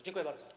Dziękuję bardzo.